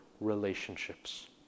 relationships